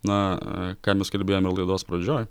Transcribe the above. na ką mes kalbėjome laidos pradžioj